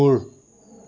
কুকুৰ